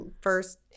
first